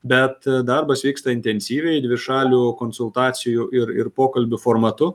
bet darbas vyksta intensyviai dvišalių konsultacijų ir ir pokalbių formatu